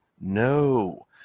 No